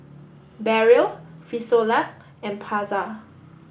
Barrel Frisolac and Pasar